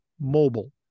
mobile